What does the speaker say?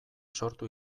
sortu